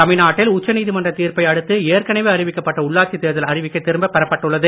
தமிழ்நாட்டில் உச்ச நீதிமன்றத் தீர்ப்ப்பை அடுத்து ஏற்கனவே அறிவிக்கப்பட்ட உள்ளாட்சித் தேர்தல் அறிவிக்கை திரும்பப் பெறப்பட்டுள்ளது